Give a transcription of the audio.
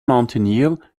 mountaineer